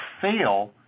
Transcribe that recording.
fail